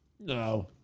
No